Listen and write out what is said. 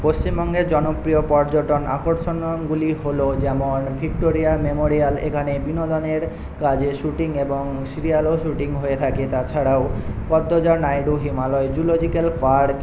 পশ্চিমবঙ্গের জনপ্রিয় পর্যটন আকর্ষণগুলি হলো যেমন ভিক্টোরিয়া মেমোরিয়াল এখানে বিনোদনের কাজে শ্যুটিং এবং সিরিয়ালও শ্যুটিং হয়ে থাকে তাছাড়াও পদ্মজা নাইডু হিমালয় জুলজিকাল পার্ক